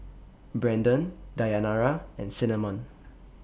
Brandon Dayanara and Cinnamon